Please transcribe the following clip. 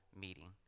meeting